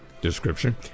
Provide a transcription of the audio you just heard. description